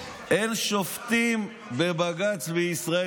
אין שופטים בבג"ץ בישראל.